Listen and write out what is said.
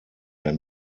der